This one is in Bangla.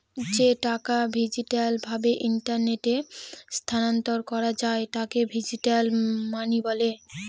যে টাকা ডিজিটাল ভাবে ইন্টারনেটে স্থানান্তর করা যায় তাকে ডিজিটাল মানি বলে